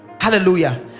hallelujah